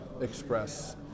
express